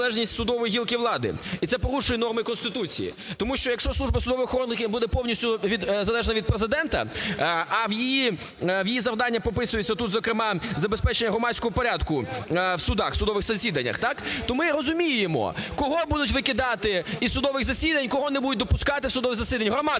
і це порушує норми Конституції. Тому що, якщо служба судової охорони буде повністю залежна від Президента, а в її завдання прописується тут, зокрема, забезпечення громадського порядку в судах, в судових засіданнях, так, то ми розуміємо, кого будуть викидати із судових засідань, кого не будуть допускати до судових засідань – громаду